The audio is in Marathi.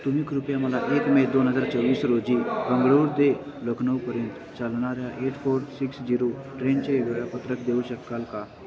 तुम्ही कृपया मला एक मे दोन हजार चोवीस रोजी बंगळूर ते लखनौपर्यंत चालणाऱ्या एट फोर सिक्स झिरो ट्रेनचे वेळापत्रक देऊ शकाल का